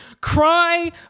Cry